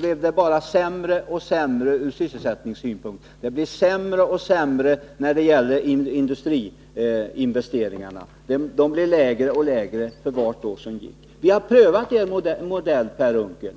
blev det bara sämre ur sysselsättningssynpunkt, industriinvesteringarna blev lägre och lägre för vart år som gick. Vi har prövat er modell, Per Unckel.